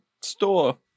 store